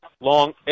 long